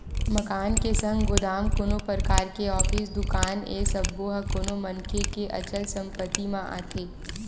मकान के संग गोदाम, कोनो परकार के ऑफिस, दुकान ए सब्बो ह कोनो मनखे के अचल संपत्ति म आथे